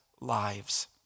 lives